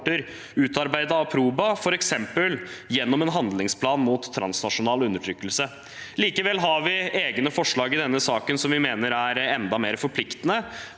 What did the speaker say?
utarbeidet av Proba, f.eks. gjennom en handlingsplan mot transnasjonal undertrykkelse. Likevel har vi egne forslag i denne saken som vi mener er enda mer forpliktende.